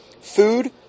Food